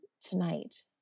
Tonight